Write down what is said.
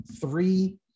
three